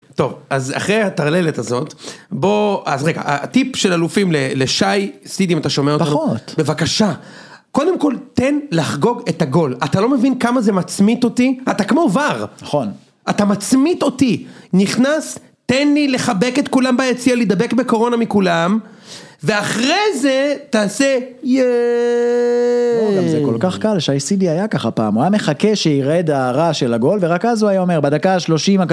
טוב אז אחרי הטרללת הזאת, בוא אז רגע, טיפ של אלופים לשי סידי אם אתה שומע אותנו, פחות, בבקשה קודם כל תן לחגוג את הגול אתה לא מבין כמה זה מצמית אותי. אתה כמו ואר, נכון, אתה מצמית אותי נכנס תן לי לחבק את כולם ביציע להידבק בקורונה מכולם ואחרי זה תעשה יאי. בוא, גם זה כל כך קל, שי סידי היה ככה פעם. הוא היה מחכה שירד הרעש של הגול ורק אז הוא היה אומר בדקה ה-30